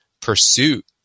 pursuit